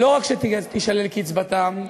לא רק שתישלל קצבתם,